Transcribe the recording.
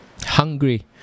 hungry